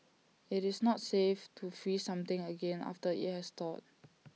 IT is not safe to freeze something again after IT has thawed